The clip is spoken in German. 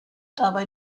dabei